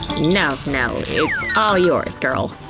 no, no, it's all yours, girl.